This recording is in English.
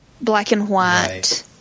black-and-white